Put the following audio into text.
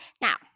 Now